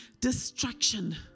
destruction